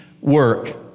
work